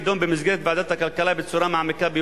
יידון במסגרת ועדת הכלכלה בצורה מעמיקה ביותר.